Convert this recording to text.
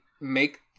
make